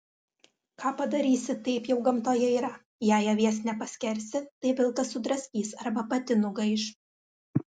ką padarysi taip jau gamtoje yra jei avies nepaskersi tai vilkas sudraskys arba pati nugaiš